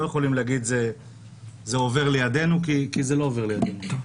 יכולים להגיד שזה עובר לידנו כי זה לא עובר לידנו.